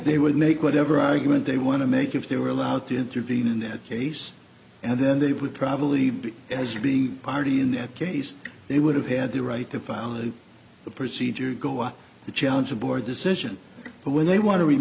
they would make whatever argument they want to make if they were allowed to intervene in that case and then they would probably be as a big party in that case they would have had the right to file and the procedure go up to challenge the board decision but when they wa